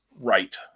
right